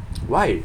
why